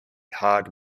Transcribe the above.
hard